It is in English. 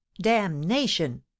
Damnation